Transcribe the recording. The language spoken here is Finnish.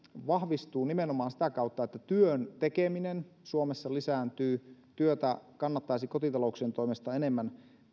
vahvistuu nimenomaan sitä kautta että työn tekeminen suomessa lisääntyy työtä kannattaisi kotitalouksien toimesta enemmän